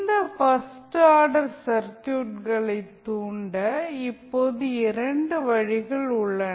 இந்த first order சர்க்யூட்களை தூண்ட இப்போது இரண்டு வழிகள் உள்ளன